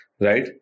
right